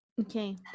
Okay